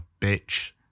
bitch